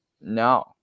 no